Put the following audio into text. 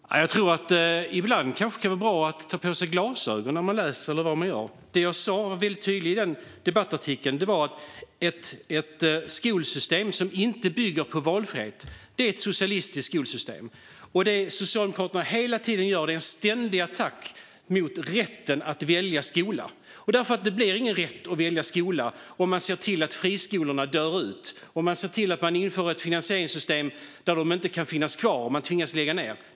Herr talman! Jag tror att det ibland kan vara bra att ta på sig glasögon när man läser. Det jag sa väldigt tydligt i den debattartikeln var att ett skolsystem som inte bygger på valfrihet är ett socialistiskt skolsystem. Det Socialdemokraterna gör är en ständig attack mot rätten att välja skola. Det blir nämligen ingen rätt att välja skola om man ser till att friskolorna dör ut, om man inför ett finansieringssystem där de inte kan finnas kvar utan tvingas lägga ned.